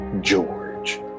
George